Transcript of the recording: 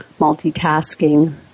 multitasking